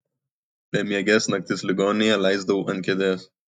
bemieges naktis ligoninėje leisdavau ant kėdės